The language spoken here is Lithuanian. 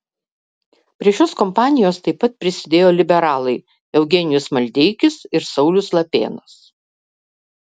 prie šios kompanijos taip pat prisidėjo liberalai eugenijus maldeikis ir saulius lapėnas